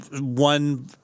one